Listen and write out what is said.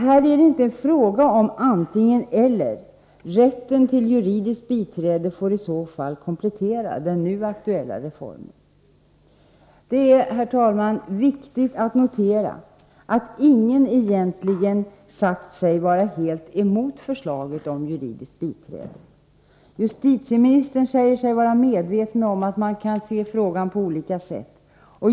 Här är det inte fråga om antingen eller — rätten till juridiskt biträde får i så fall komplettera den nu aktuella reformen. Det är, herr talman, viktigt att notera att ingen egentligen sagt sig vara helt mot förslaget om juridiskt biträde. Justitieministern säger sig vara medveten om att man kan se frågan på olika sätt.